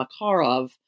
Makarov